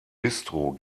bistro